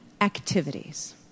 activities